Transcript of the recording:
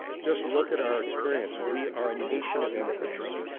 just look at our experience, we are a nation of immigrants.